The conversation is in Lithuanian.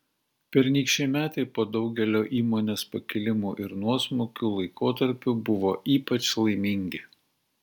pernykščiai metai po daugelio įmonės pakilimų ir nuosmukių laikotarpių buvo ypač laimingi